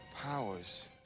powers